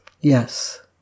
Yes